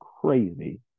crazy